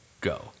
go